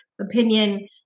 opinion